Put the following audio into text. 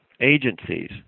agencies